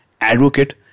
advocate